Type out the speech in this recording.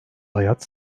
hayat